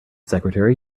secretary